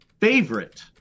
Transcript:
favorite